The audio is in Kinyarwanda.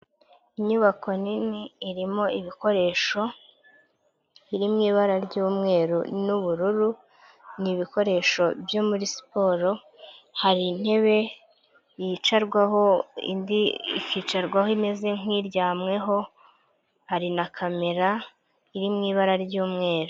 Inyubako nini irimo ibikoresho biri mu ibara ry'umweru n'ubururu ni ibikoresho byo muri siporo, hari intebe yicarwaho indi ikicarwaho imeze nk'iryamweho, hari na kamera iri mu ibara ry'umweru.